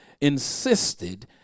insisted